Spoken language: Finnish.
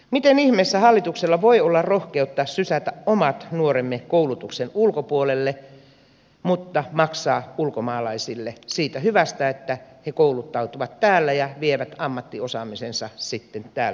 miten ihmeessä hallituksella voi olla rohkeutta sysätä omat nuoremme koulutuksen ulkopuolelle mutta maksaa ulkomaalaisille siitä hyvästä että he kouluttautuvat täällä ja vievät ammattiosaamisensa sitten täältä pois